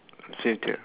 future